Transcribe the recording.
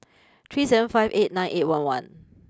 three seven five eight nine eight one one